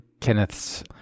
Kenneth's